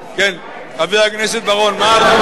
כן, חבר הכנסת בר-און, מה אתה מציע?